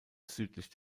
südlich